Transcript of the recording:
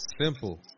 simple